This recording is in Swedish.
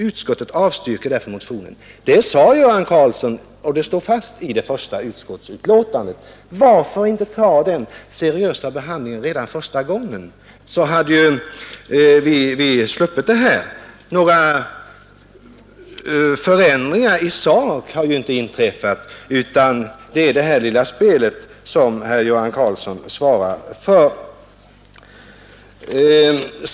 Utskottet avstyrker därför motionsyrkandena.” Detta har Göran Karlsson sagt, och det är fastslaget i det första utskottsbetänkandet i detta ärende. Varför inte ta den seriösa behandlingen redan första gången så hade vi sluppit det här? Några förändringar i sak har inte inträffat, utan det är det här lilla spelet som herr Göran Karlsson svarar för.